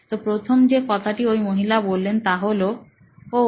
তো প্রথম যে কথাটি ওই মহিলা বললেন তা হলো ওহ